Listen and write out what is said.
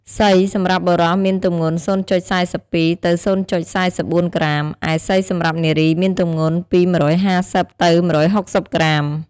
សី សម្រាប់បុរសមានទម្ងន់០.៤២ ទៅ០.៤៤ក្រាម ឯ សីសម្រាប់នារីមានទម្ងន់ពី១៥០ ទៅ ១៦០ក្រាម ។